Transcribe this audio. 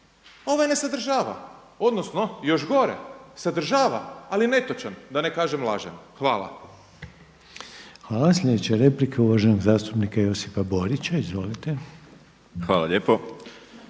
Ovaj ne sadržava odnosno još gore sadržava, ali netočan, da ne kažem lažan. Hvala. **Reiner, Željko (HDZ)** Hvala. Sljedeća replika uvaženog zastupnika Josipa Borića. Izvolite. **Borić,